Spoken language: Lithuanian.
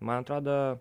man atrodo